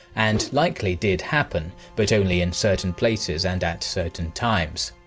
and likely did happen, but only in certain places and at certain times.